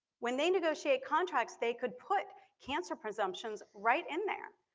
when they negotiate contracts, they could put cancer presumptions right in there.